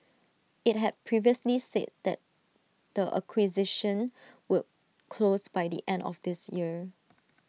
IT had previously said that the acquisition would close by the end of this year